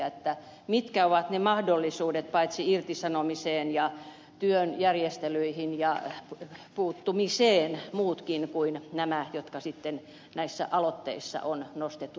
on mietittävä mitkä ovat ne mahdollisuudet paitsi irtisanomiseen ja työn järjestelyihin ja puuttumiseen muutkin kuin nämä jotka sitten näissä aloitteissa on nostettu tärkeinä asioina